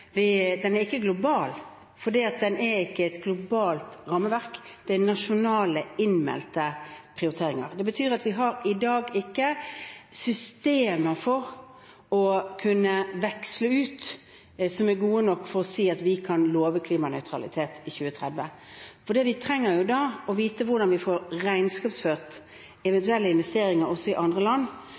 Den er ikke global, for den er ikke et globalt rammeverk, det er nasjonale, innmeldte prioriteringer. Det betyr at vi har i dag ikke systemer for å kunne veksle ut, som er gode nok for å si at vi kan love klimanøytralitet i 2030, for da trenger vi jo å vite hvordan vi får regnskapsført eventuelle investeringer også i andre land.